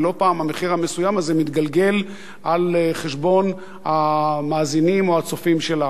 ולא פעם המחיר המסוים הזה מתגלגל על חשבון המאזינים או הצופים שלה.